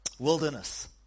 Wilderness